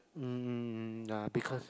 mm ya because